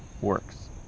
works